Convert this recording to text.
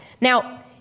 Now